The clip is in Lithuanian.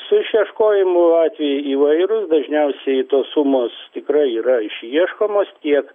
su išieškojimu atvejai įvairūs dažniausiai tos sumos tikrai yra išieškomos tiek